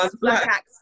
black